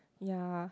ya